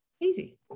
easy